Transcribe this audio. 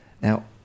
Now